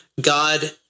God